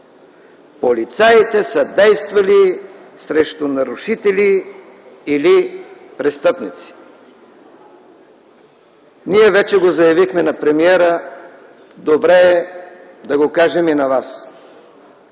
полицаите са действали срещу нарушители или престъпници. Ние вече го заявихме на премиера, добре е да го кажем и на Вас.